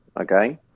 okay